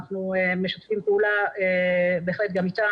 אנחנו משתפים פעולה בהחלט גם איתם,